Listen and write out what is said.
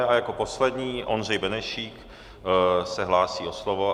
A jako poslední Ondřej Benešík se hlásí o slovo.